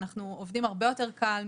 אנחנו עובדים הרבה יותר קל,